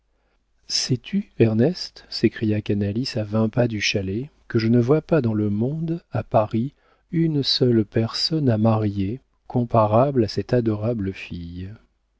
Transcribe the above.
sais-tu ernest s'écria canalis à vingt pas du chalet que je ne vois pas dans le monde à paris une seule personne à marier comparable à cette adorable fille